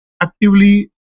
actively